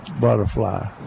butterfly